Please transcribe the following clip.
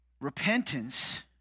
Repentance